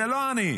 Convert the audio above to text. זה לא אני,